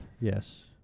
yes